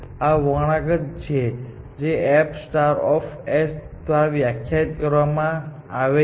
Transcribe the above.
આ વળાંક છે જે f દ્વારા વ્યાખ્યાયિત કરવામાં આવી છે